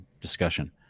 discussion